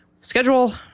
schedule